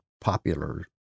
popular